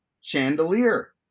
chandelier